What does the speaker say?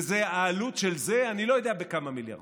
העלות של זה, אני לא יודע כמה מיליארדים,